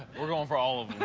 we're going for all of